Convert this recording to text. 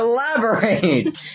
Elaborate